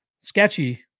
Sketchy